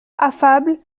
affable